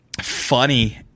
funny